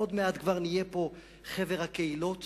עוד מעט נהיה חבר הקהילות